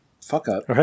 fuck-up